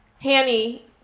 Hanny